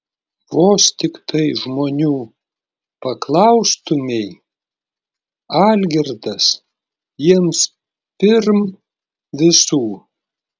vos tiktai žmonių paklaustumei algirdas jiems pirm visų